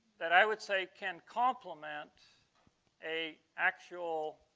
that i would say can compliment a actual